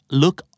look